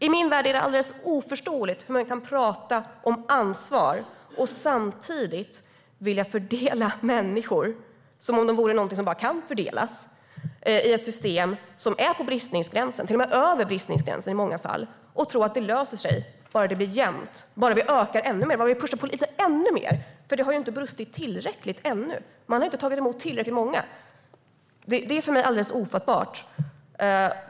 I min värld är det alldeles oförståeligt hur man kan tala om ansvar och samtidigt vilja fördela människor - som om de vore någonting som kan fördelas - i ett system som är på bristningsgränsen, i många fall till och med över bristningsgränsen, och tro att det löser sig bara det blir jämnt, bara vi ökar ännu mer, bara vi pushar på ännu mer, för det har ju inte brustit tillräckligt ännu. Man har inte tagit emot tillräckligt många. Det är för mig alldeles ofattbart.